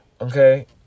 okay